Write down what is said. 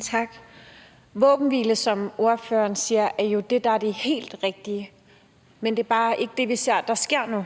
Tak. Våbenhvile er, som ordføreren siger, jo det helt rigtige, men det er bare ikke det, vi ser sker nu.